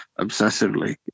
obsessively